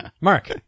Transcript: Mark